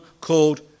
called